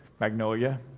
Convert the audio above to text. Magnolia